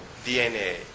DNA